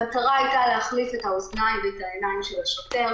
המטרה הייתה להחליף את האוזניים והעיניים של השוטר.